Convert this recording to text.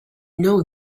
know